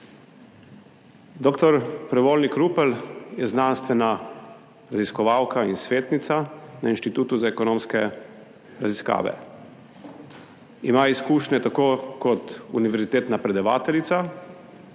Dr. Prevolnik Rupel je znanstvena raziskovalka in svetnica na Inštitutu za ekonomske raziskave. Ima izkušnje tako kot univerzitetna predavateljica